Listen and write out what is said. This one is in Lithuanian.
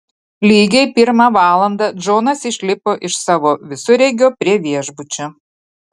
lygiai pirmą valandą džonas išlipo iš savo visureigio prie viešbučio